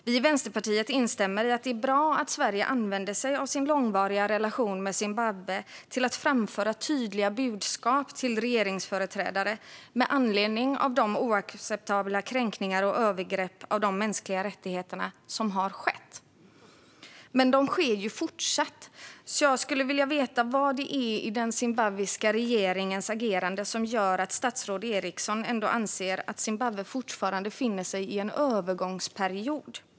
Vi i Vänsterpartiet instämmer i att det är bra att Sverige använder sig av sin långvariga relation med Zimbabwe till att framföra tydliga budskap till regeringsföreträdare med anledning av de oacceptabla kränkningar och övergrepp mot de mänskliga rättigheterna som har skett, och som fortsätter att ske. Jag skulle vilja veta vad det är i den zimbabwiska regeringens agerande som gör att statsrådet Eriksson ändå anser att Zimbabwe fortfarande befinner sig i en övergångsperiod.